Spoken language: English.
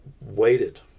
waited